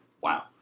Wow